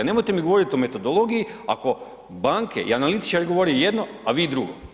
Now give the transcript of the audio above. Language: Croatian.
Nemojte mi govoriti o metodologiji ako banke i analitičari govore jedno, a vi drugo.